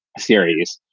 series.